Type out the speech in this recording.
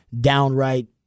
downright